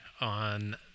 on